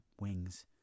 wings